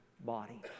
body